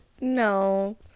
No